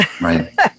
Right